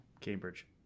Cambridge